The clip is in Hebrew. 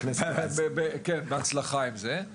כן, בהצלחה עם זה.